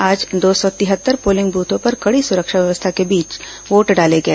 आज दो सौ तिहत्तर पोलिंग ब्थों पर कड़ी सुरक्षा व्यवस्था के बीच वोट डाले गए